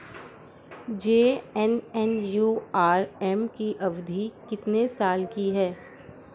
JNNURM की अवधि कितने साल की है?